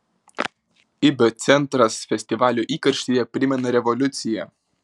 ibio centras festivalio įkarštyje primena revoliuciją